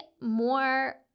more